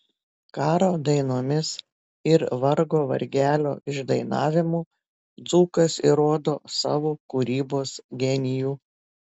karo dainomis ir vargo vargelio išdainavimu dzūkas įrodo savo kūrybos genijų